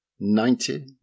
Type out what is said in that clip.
Ninety